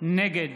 נגד